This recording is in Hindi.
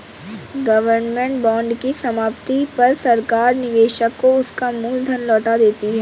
गवर्नमेंट बांड की समाप्ति पर सरकार निवेशक को उसका मूल धन लौटा देती है